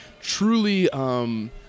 truly